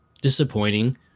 disappointing